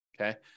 okay